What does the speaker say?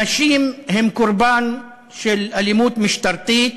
אנשים הם קורבן של אלימות משטרתית,